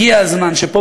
הגיע הזמן שפה,